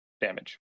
damage